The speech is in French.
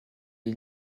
est